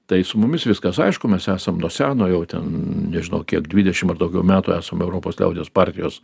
tai su mumis viskas aišku mes esam nuo seno jau ten nežinau kiek dvidešimt ar daugiau metų esam europos liaudies partijos